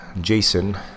Jason